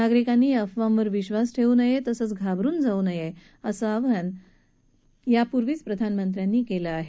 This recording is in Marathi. नागरिकांनी अफावांवर विश्वास ठेवू नये तसंच घाबरुन जाऊ नये असं आवाहन यापूर्वीचं प्रधानमंत्र्यांनी केलं आहे